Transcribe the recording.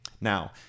Now